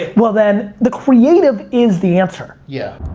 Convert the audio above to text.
well then, the creative is the answer. yeah.